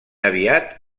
aviat